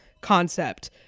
concept